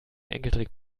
enkeltrick